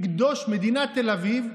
מדינת תל אביב.